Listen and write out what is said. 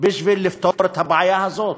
בשביל לפתור את הבעיה הזאת,